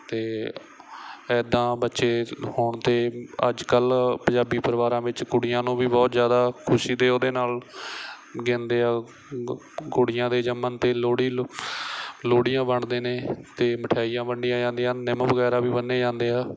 ਅਤੇ ਇੱਦਾਂ ਬੱਚੇ ਹੋਣ 'ਤੇ ਅੱਜ ਕੱਲ੍ਹ ਪੰਜਾਬੀ ਪਰਿਵਾਰਾਂ ਵਿੱਚ ਕੁੜੀਆਂ ਨੂੰ ਵੀ ਬਹੁਤ ਜ਼ਿਆਦਾ ਖੁਸ਼ੀ ਦੇ ਉਹਦੇ ਨਾਲ ਗਿਣਦੇ ਆ ਗੁ ਕੁੜੀਆਂ ਦੇ ਜੰਮਣ 'ਤੇ ਲੋਹੜੀ ਲੋ ਲੋਹੜੀਆਂ ਵੰਡਦੇ ਨੇ ਅਤੇ ਮਠਿਆਈਆਂ ਵੰਡੀਆਂ ਜਾਂਦੀਆਂ ਨਿੰਮ ਵਗੈਰਾ ਵੀ ਬੰਨੇ ਜਾਂਦੇ ਆ